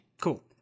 cool